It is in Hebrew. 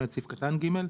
למעט סעיף קטן (ג),